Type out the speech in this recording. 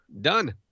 done